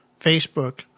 Facebook